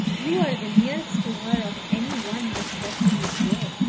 you are the nearest to her of any one that's left in this world.